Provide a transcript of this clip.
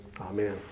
Amen